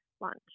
lunch